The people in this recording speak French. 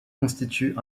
constitue